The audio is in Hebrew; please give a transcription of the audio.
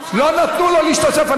לא נתנו לו להשתתף.